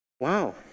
Wow